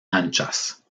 anchas